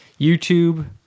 YouTube